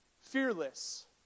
Fearless